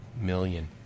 million